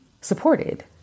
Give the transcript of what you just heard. supported